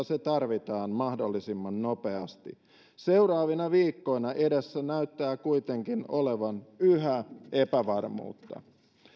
se tarvitaan mahdollisimman nopeasti seuraavina viikkoina edessä näyttää kuitenkin olevan yhä epävarmuutta